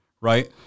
right